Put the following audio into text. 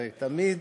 הרי תמיד